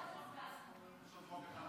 פיקוח אלקטרוני על